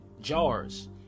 jars